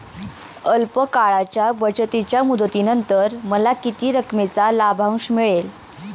अल्प काळाच्या बचतीच्या मुदतीनंतर मला किती रकमेचा लाभांश मिळेल?